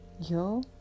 yo